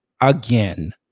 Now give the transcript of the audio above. again